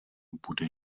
bude